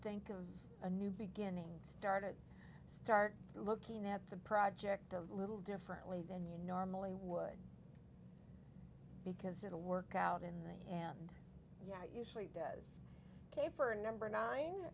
think of a new beginning started start looking at the project a little differently than you normally would because it'll work out in there and it usually does ok for a number nine